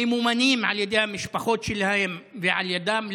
ממומנים על ידי המשפחות שלהם ועל ידם.